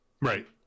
Right